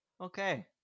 Okay